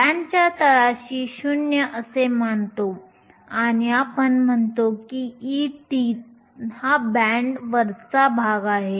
बँडच्या तळाशी 0 असे मांडतो आणि आपण म्हणतो की ET हा बँडचा वरचा भाग आहे